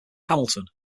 hamilton